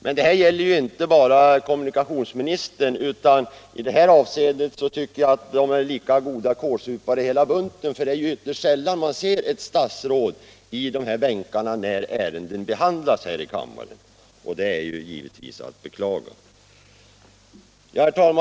Men detta gäller inte bara kommunikationsministern, utan i det här avseendet tycker jag att statsråden är lika goda kålsupare hela bunten. Det är ju ytterst sällan man ser ett statsråd i bänkarna när ärenden behandlas här i kammaren, och det är givetvis att beklaga.